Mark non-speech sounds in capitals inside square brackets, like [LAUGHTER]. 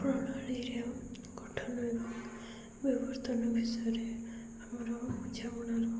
[UNINTELLIGIBLE] କଠିନ ବିବର୍ତ୍ତନ ବିଷୟରେ ଆମର ବୁଝାବଣାର